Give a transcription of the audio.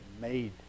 made